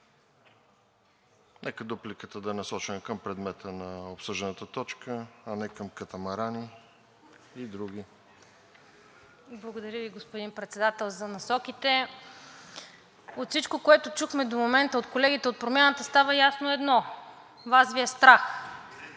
Нека дупликата да е насочена към предмета на обсъжданата точка, а не към катамарани и други. ДЕСИСЛАВА ТРИФОНОВА (ГЕРБ-СДС): Благодаря Ви, господин Председател, за насоките. От всичко, което чухме до момента от колегите от Промяната, става ясно едно: Вас Ви е страх.